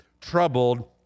troubled